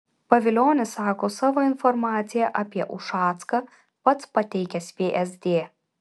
pavilionis sako savo informaciją apie ušacką pats pateikęs vsd